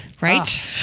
right